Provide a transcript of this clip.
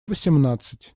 восемнадцать